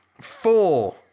Four